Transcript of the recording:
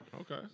Okay